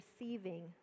receiving